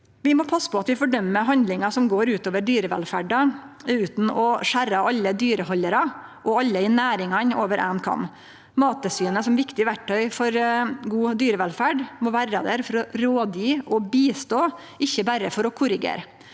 Vi må passe på at vi fordømer handlingar som går ut over dyrevelferda, utan å skjere alle dyrehaldarar og alle i næringane over éin kam. Mattilsynet som viktig verktøy for god dyrevelferd må vere der for å gje råd og hjelpe, ikkje berre for å korrigere.